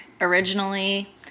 originally